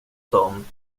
dem